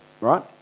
right